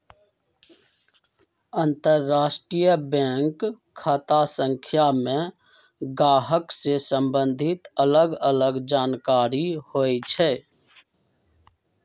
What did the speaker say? अंतरराष्ट्रीय बैंक खता संख्या में गाहक से सम्बंधित अलग अलग जानकारि होइ छइ